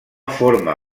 forma